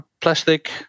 plastic